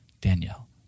Danielle